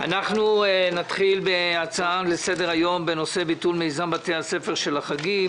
אנחנו נתחיל בהצעה לסדר-היום בנושא "ביטול מיזם בתי הספר של החגים".